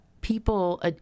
people